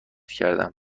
کردم